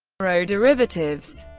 au derivatives.